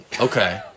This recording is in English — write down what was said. Okay